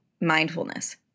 mindfulness